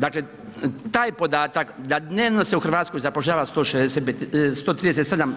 Dakle taj podatak da dnevno se u Hrvatskoj zapošljava 137